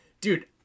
dude